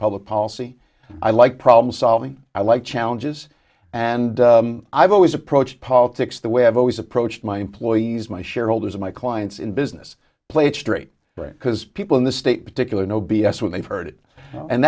public policy i like problem solving i like challenges and i've always approached politics the way i've always approached my employees my shareholders my clients in business play it straight right because people in the state particular know b s when they've heard it and